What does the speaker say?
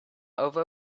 over